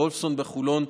בוולפסון בחולון,